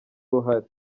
uruhare